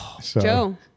Joe